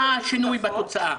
מה השינוי בתוצאה?